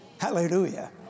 Hallelujah